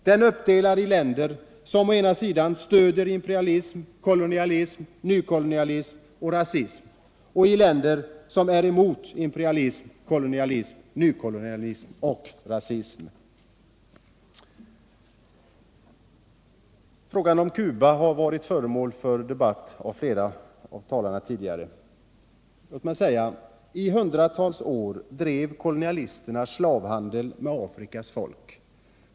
Den är uppdelad i länder som stöder imperialism, kolonialism, nykolonialism och rasism, och i länder som är mot imperialism, kolonialism, nykolonialism och rasism.” Frågan om Cuba har tagits upp av flera talare tidigare i debatten. Låt mig säga: I hundratals år drev kolonialisterna slavhandel med Afrikas folk.